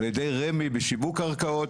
על ידי רמ"י בשיווק קרקעות,